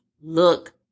look